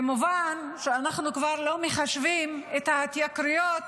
כמובן שאנחנו כבר לא מחשבים את ההתייקרויות